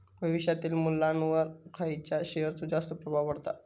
भविष्यातील मुल्ल्यावर खयच्या शेयरचो जास्त प्रभाव पडता?